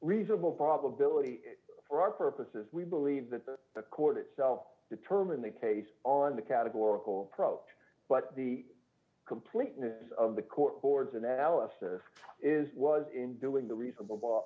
reasonable probability for our purposes we believe that the court itself determined the case on the categorical approach but the completeness of the court records analysis is was in doing the reasonable